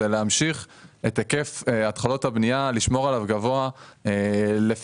להמשיך ולשמור את היקף התחלות הבנייה גבוה,